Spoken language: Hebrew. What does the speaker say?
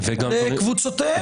וקבוצותיהן.